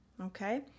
okay